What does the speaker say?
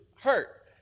hurt